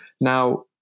Now